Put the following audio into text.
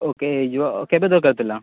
ଓ କେ ହେଇଯିବ ଆଉ କେବେ ଦର୍କାର୍ ଥିଲା